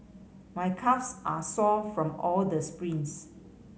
my calves are sore from all the sprints